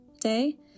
Day